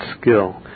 skill